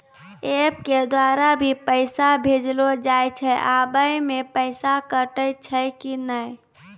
App के द्वारा भी पैसा भेजलो जाय छै आबै मे पैसा कटैय छै कि नैय?